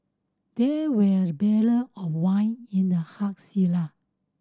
there were barrel of wine in the hug cellar